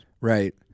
Right